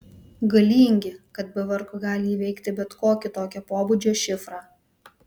galingi kad be vargo gali įveikti bet kokį tokio pobūdžio šifrą